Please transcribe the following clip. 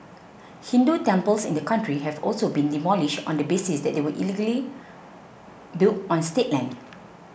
Hindu temples in the country have also been demolished on the basis that they were illegally built on state land